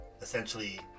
essentially